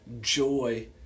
joy